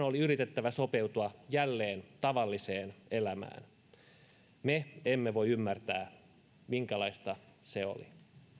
oli yritettävä sopeutua jälleen tavalliseen elämään me emme voi ymmärtää minkälaista se oli